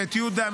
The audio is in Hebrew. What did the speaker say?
ואת יהודה,